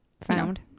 found